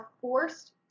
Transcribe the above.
forced